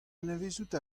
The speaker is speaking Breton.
anavezout